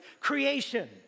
creation